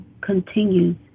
continues